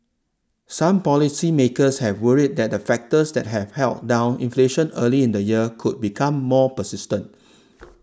some policymakers had worried that the factors that had held down inflation early in the year could become more persistent